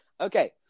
Okay